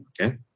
okay